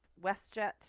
WestJet